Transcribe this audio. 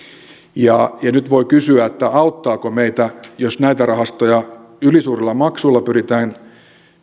ja ja nyt voi kysyä auttaako meitä jos näitä rahastoja ylisuurella maksulla pyritään